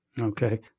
Okay